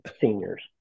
seniors